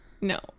No